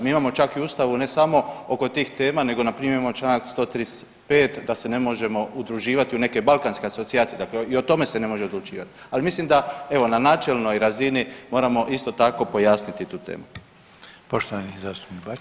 Mi imamo čak i u ustavu ne samo oko tih tema nego npr. imamo čl. 135. da se ne možemo udruživati u neke balkanske asocijacije, dakle i o tome se ne može odlučivat, al mislim da evo na načelnoj razini moramo isto tako pojasniti tu temu.